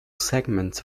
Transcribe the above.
segments